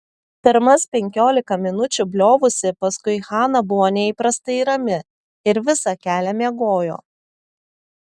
pirmas penkiolika minučių bliovusi paskui hana buvo neįprastai rami ir visą kelią miegojo